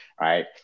right